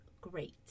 great